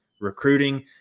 recruiting